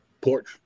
porch